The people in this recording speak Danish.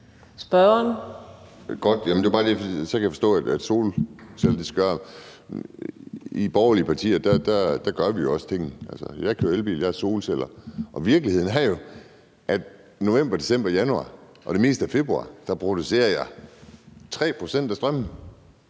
er godt, for så kan jeg forstå, at solcellerne skal gøre det. Men i de borgerlige partier gør vi jo også ting. Jeg kører i elbil, jeg har solceller. Virkeligheden er jo så, at jeg i november, december, januar og det meste af februar producerer 3 pct. af strømmen.